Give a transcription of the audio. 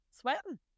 sweating